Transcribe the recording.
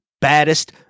baddest